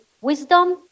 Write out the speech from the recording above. wisdom